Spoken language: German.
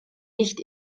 nicht